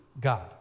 God